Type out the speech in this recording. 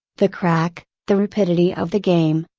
the crack, the rapidity of the game,